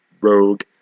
Rogue